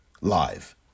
live